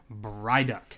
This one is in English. Bryduck